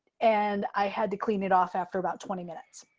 and i had to clean it off after about twenty minutes.